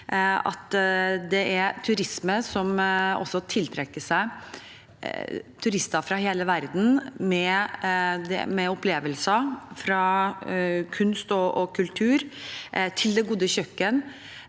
at det er turisme som også tiltrekker seg turister fra hele verden med opplevelser fra kunst og kultur og til det gode kjøkken,